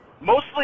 mostly